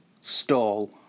Stall